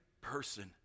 person